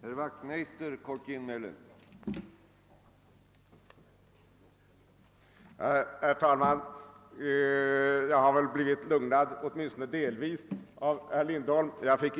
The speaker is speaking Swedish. på denna väg.